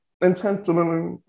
intentionally